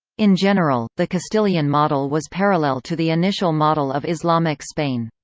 in general, the castilian model was parallel to the initial model of islamic spain.